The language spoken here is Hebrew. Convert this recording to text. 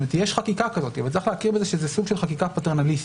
כי יש חקיקה כזו יש להכיר בזה שזה חקיקה פטרנליסטית.